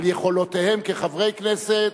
על יכולותיהם כחברי הכנסת,